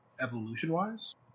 evolution-wise